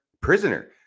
prisoner